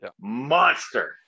monster